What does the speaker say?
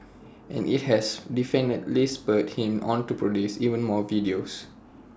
and is has definitely spurred him on to produce even more videos